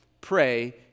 pray